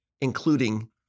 including